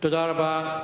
תודה רבה.